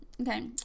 Okay